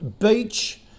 Beach